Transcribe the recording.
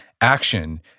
action